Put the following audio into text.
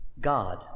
God